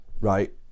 Right